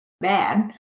bad